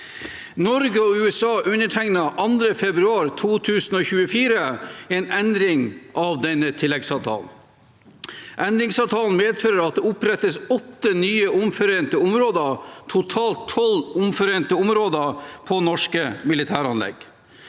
Norge og USA undertegnet 2. februar 2024 en endring av denne tilleggsavtalen. Endringsavtalen medfører at det opprettes åtte nye omforente områder, og blir totalt tolv omforente områder på norske militære anlegg.